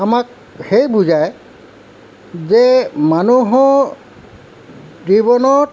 আমাক সেই বুজায় যে মানুহৰ জীৱনত